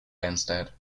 instead